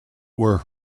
were